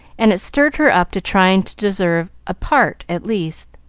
and it stirred her up to try and deserve a part at least.